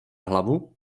hlavu